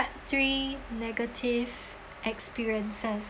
three negative experiences